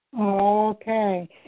Okay